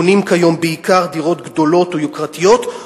בונים כיום בעיקר דירות גדולות או יוקרתיות,